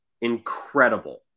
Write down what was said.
incredible